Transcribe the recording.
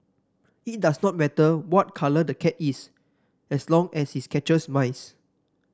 it does not matter what colour the cat is as long as it catches mice